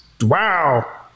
wow